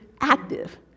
active